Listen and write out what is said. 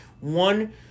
One